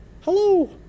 hello